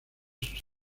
sus